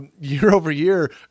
year-over-year